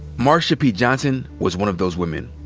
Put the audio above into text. marsha p. johnson was one of those women.